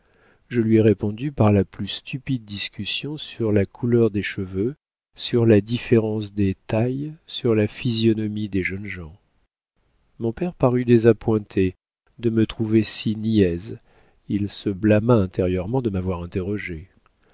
je lui ai répondu par la plus stupide discussion sur la couleur des cheveux sur la différence des tailles sur la physionomie des jeunes gens mon père parut désappointé de me trouver si niaise il se blâma intérieurement de m'avoir interrogée